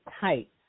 tight